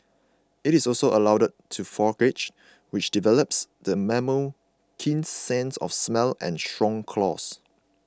it is also allowed to forage which develops the mammal's keen sense of smell and strong claws